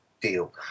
deal